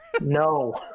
No